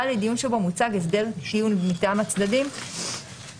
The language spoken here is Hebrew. (ד) דיון שבו מוצג הסדר טיעון מטעם הצדדיםף (ה)